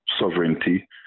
sovereignty